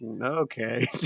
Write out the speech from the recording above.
okay